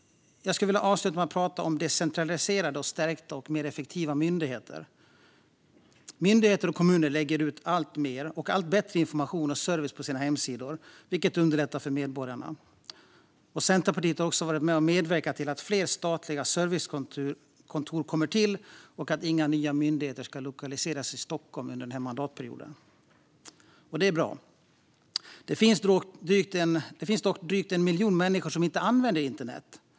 Jag skulle vilja avsluta med att prata om decentraliserade, stärkta och mer effektiva myndigheter. Myndigheter och kommuner lägger ut alltmer och allt bättre information och service på sina hemsidor vilket underlättar för medborgarna. Centerpartiet har också varit med och medverkat till att fler statliga servicekontor kommer till och att inga nya myndigheter ska lokaliseras i Stockholm under den här mandatperioden. Det är bra. Det finns dock drygt 1 miljon människor som inte använder internet.